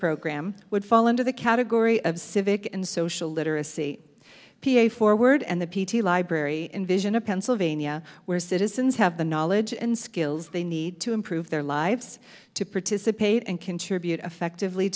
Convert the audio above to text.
program would fall into the category of civic and social literacy p a a forward and the p t a library envision a pennsylvania where citizens have the knowledge and skills they need to improve their lives to participate and contribute effectively